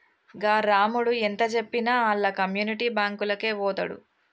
గా రామడు ఎంతజెప్పినా ఆళ్ల కమ్యునిటీ బాంకులకే వోతడు